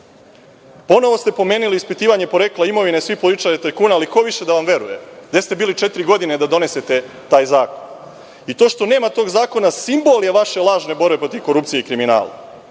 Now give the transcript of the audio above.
ništa. Ponovo ste pomenuli ispitivanje porekla imovine svih političara i tajkuna ali ko više da vam veruje? Gde ste bili četiri godine da donesete taj zakon? I to što nema tog zakona simbol je vaše lažne borbe protiv korupcije i